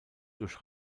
durch